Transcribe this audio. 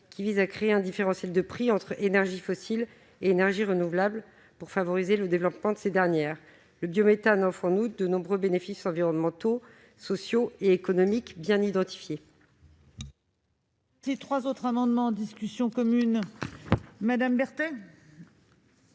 qui vise à créer un différentiel de prix entre les énergies fossiles et les énergies renouvelables pour favoriser le développement de ces dernières. Le biométhane apporte en outre de nombreux bénéfices environnementaux, sociaux et économiques, qui sont